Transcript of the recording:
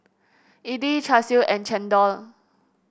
idly Char Siu and chendol